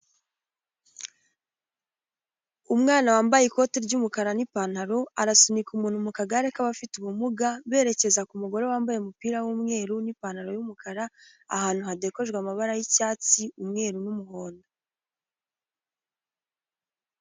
Umwana wambaye ikoti ry'umukara n'ipantaro, arasunika umuntu mu kagare k'abafite ubumuga, berekeza ku mugore wambaye umupira w'umweru, n'ipantaro y'umukara, ahantu hadekorejwe amabara y'icyatsi umweru n'umuhondo.